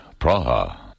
Praha